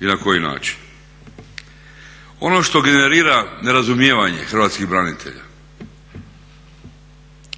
i na koji način? Ono što generira nerazumijevanje hrvatskih branitelja